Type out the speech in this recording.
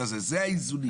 זה האיזונים.